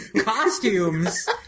Costumes